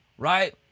right